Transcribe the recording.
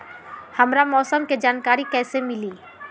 हमरा मौसम के जानकारी कैसी मिली?